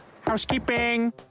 housekeeping